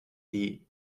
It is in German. die